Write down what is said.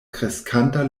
kreskanta